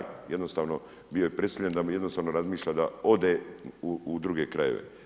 Jednostavno bio je prisiljen da jednostavno razmišlja da ode u druge krajeve.